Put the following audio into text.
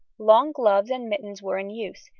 long gloves and mittens were in use,